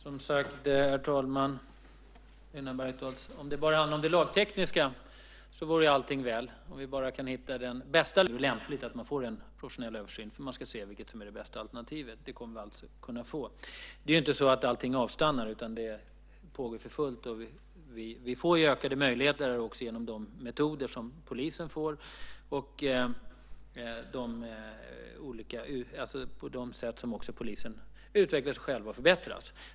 Herr talman! Om det bara handlade om det lagtekniska så vore allting väl, Helena Bargholtz. Det gäller bara att hitta den bästa lösningen, för det finns flera olika alternativ. Även om jag är jurist och har arbetat i tio år som advokat så tycker jag att det är lämpligt att man får en professionell översyn så att man får se vilket som är det bästa alternativet. Det kommer vi att kunna få. Det är inte så att allting avstannar, utan det pågår för fullt. Vi får ökade möjligheter genom de metoder som polisen får och genom de sätt på vilka polisen utvecklar sig själv och förbättras.